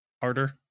harder